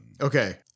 Okay